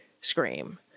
scream